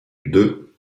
deux